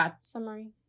summary